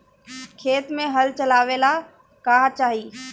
खेत मे हल चलावेला का चाही?